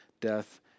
death